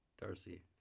Darcy